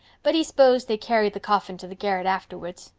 but he s'posed they carried the coffin to the garret afterwards.